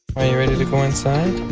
are you ready to go inside?